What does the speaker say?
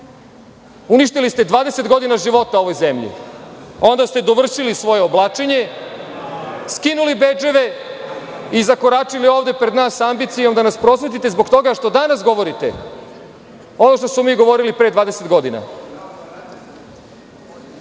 Uništili ste 20 godina života ovoj zemlji a onda ste dovršili svoje oblačenje, skinuli bedževe i zakoračili ovde pred nas sa ambicijom da nas prosvetite zbog toga što danas govorite, ono što smo mi govorili pre 20 godina. Šta